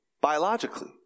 biologically